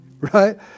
right